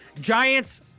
Giants